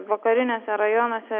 vakariniuose rajonuose